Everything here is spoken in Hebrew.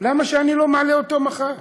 למה שאני לא אעלה אותו מחר?